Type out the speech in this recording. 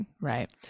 Right